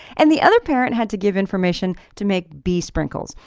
and the other parent had to give information to make b sprinkles.